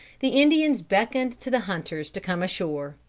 the indians beckoned to the hunters to come ashore.